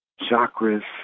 chakras